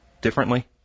differently